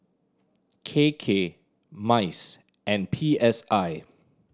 K K MICE and P S I